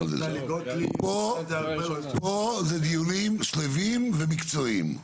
פה זה דיונים שלווים ומקצועיים.